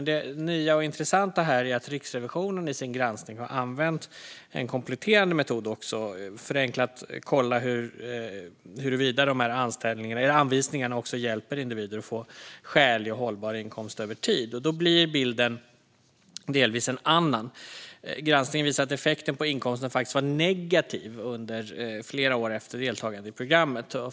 Det nya och intressanta här är dock att Riksrevisionen i sin granskning har använt en kompletterande metod för att, förenklat, kolla huruvida anvisningarna även hjälper individer att få en skälig och hållbar inkomst över tid. Då blir bilden delvis en annan: Granskningen visar att effekten på inkomsterna faktiskt var negativ under flera år efter deltagande i programmet.